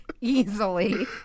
easily